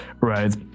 Right